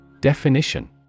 Definition